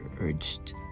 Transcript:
urged